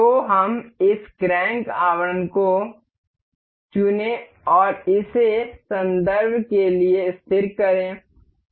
तो हम इस क्रैंक आवरण को चुनें और इसे संदर्भ के लिए स्थिर करें